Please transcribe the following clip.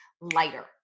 lighter